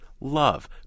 love